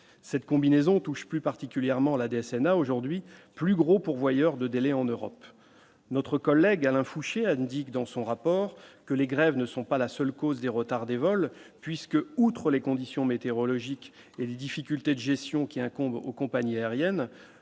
cette combinaison touche plus particulièrement la DSN a aujourd'hui plus gros pourvoyeurs de délais en Europe, notre collègue Alain Fouché Anedic dans son rapport que les grèves ne sont pas la seule cause des retards des vols puisque, outre les conditions météorologiques et les difficultés de gestion qui incombe aux compagnies aériennes,